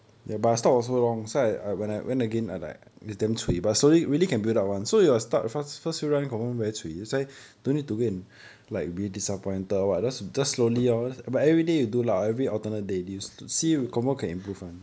orh okay